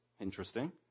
Interesting